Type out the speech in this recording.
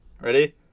ready